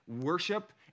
worship